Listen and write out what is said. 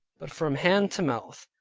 but from hand to mouth.